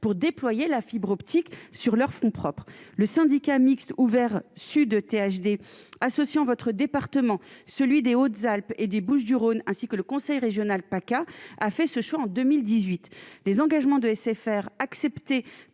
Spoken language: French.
pour déployer la fibre optique sur leurs fonds propres, le syndicat mixte ouvert sud THD associant votre département, celui des Hautes-Alpes et des Bouches-du-Rhône, ainsi que le conseil régional PACA a fait ce choix en 2018, les engagements de SFR acceptée